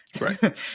Right